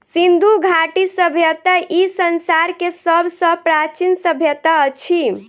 सिंधु घाटी सभय्ता ई संसार के सब सॅ प्राचीन सभय्ता अछि